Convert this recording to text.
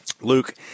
Luke